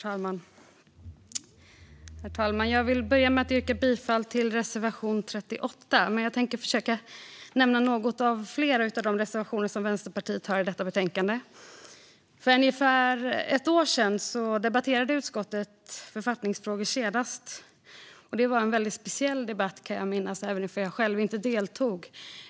Herr talman! Jag vill börja med att yrka bifall till reservation 38, men jag tänker försöka nämna något om fler av de reservationer som Vänsterpartiet har i detta betänkande. För ungefär ett år sedan debatterade utskottet författningsfrågor senast. Det var en väldigt speciell debatt, kan jag minnas även om jag själv inte deltog.